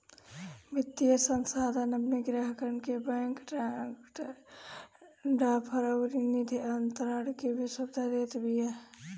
वित्तीय संस्थान अपनी ग्राहकन के बैंक ड्राफ्ट अउरी निधि अंतरण के भी सुविधा देत बिया